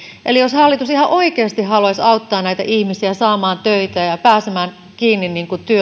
eli jos hallitus ihan oikeasti haluaisi auttaa näitä ihmisiä saamaan töitä ja pääsemään kiinni